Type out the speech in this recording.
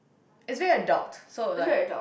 is very adult so like